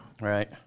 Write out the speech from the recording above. Right